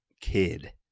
kid